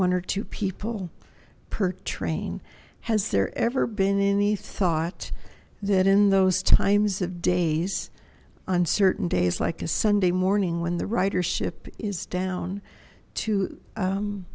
one or two people per train has there ever been any thought that in those times of days on certain days like a sunday morning when the ridership is down to